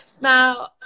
Now